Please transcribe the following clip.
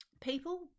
People